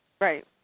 Right